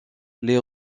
les